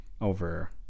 over